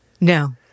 No